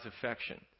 affection